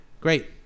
great